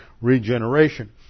regeneration